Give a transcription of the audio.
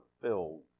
fulfilled